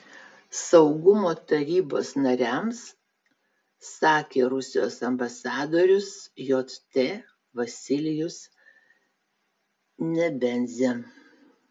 saugumo tarybos nariams sakė rusijos ambasadorius jt vasilijus nebenzia